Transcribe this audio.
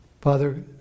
Father